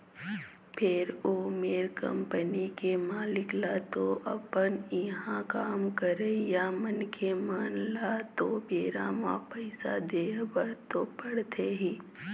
फेर ओ मेर कंपनी के मालिक ल तो अपन इहाँ काम करइया मनखे मन ल तो बेरा म पइसा देय बर तो पड़थे ही